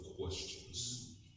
questions